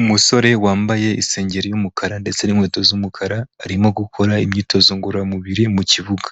Umusore wambaye isengeri y'umukara ndetse n'inkweto z'umukara, arimo gukora imyitozo ngororamubiri mu kibuga,